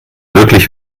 wirklich